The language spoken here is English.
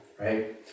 right